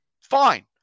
Fine